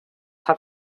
have